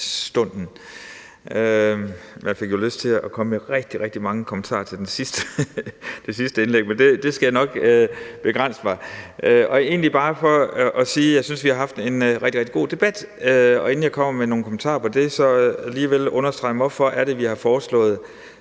middagsstunden. Man fik jo lyst til at komme med rigtig, rigtig mange kommentarer til det sidste indlæg, men det skal jeg nok begrænse mig i. Det er egentlig bare for at sige, at jeg synes, at vi har haft en rigtig, rigtig god debat. Og inden jeg kommer med nogle kommentarer til det, vil jeg alligevel understrege, hvorfor det er, vi har foreslået